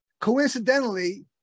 Coincidentally